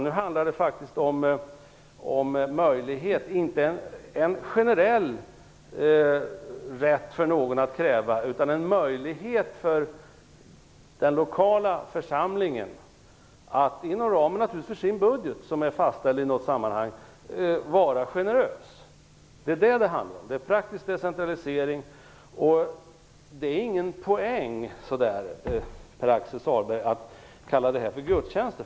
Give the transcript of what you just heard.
Nu handlar det faktiskt om en möjlighet, inte en generell rätt för någon att ställa krav men en möjlighet för den lokala församlingen att, naturligtvis inom ramen för den budget som har fastställts, vara generös. Det är det det handlar om. Det är fråga om praktisk decentralisering. Det är ingen poäng, Pär-Axel Sahlberg, att kalla det här för gudstjänster.